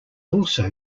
also